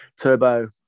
Turbo